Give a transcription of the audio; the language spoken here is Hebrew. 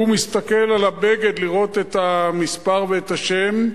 הוא מסתכל על הבגד לראות את המספר ואת השם,